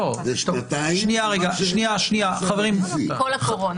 כל הקורונה.